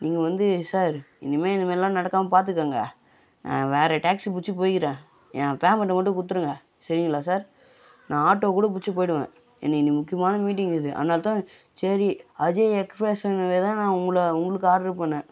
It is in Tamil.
நீங்கள் வந்து சார் இனிமேல் இதுமாதிரிலாம் நடக்காமல் பார்த்துக்கங்க வேறு டெக்சி பிட்ச்சி போயிகிறேன் ஏன் பேமெண்ட்டை மட்டும் கொடுத்துருங்க சரிங்களா சார் நான் ஆட்டோ கூட பிட்ச்சி போயிடுவேன் எனக்கு இன்றைக்கி முக்கியமான மீட்டிங் இருக்குது அதனால் தான் சரி அஜய் எக்ஸ்ப்ரெஸ்ஸுங்கவே தான் உங்களை உங்களுக்கு ஆட்ரு பண்ணிணேன்